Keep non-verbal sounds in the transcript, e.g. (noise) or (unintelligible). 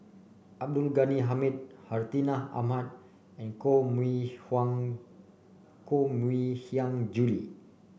Abdul Ghani Hamid Hartinah Ahmad and Koh Mui (unintelligible) Koh Mui Hiang Julie